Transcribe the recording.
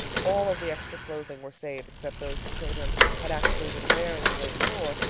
all of the extra clothes were saved except those the children had actually been wearing the day before,